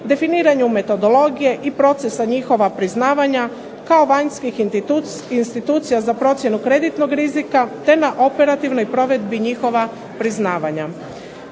definiraju metodologije i procesa njihova priznavanja kao vanjskih institucija za procjenu kreditnog rizika, te na operativnoj provedbi njihova priznavanja.